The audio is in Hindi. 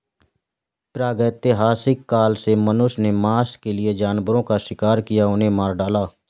प्रागैतिहासिक काल से मनुष्य ने मांस के लिए जानवरों का शिकार किया, उन्हें मार डाला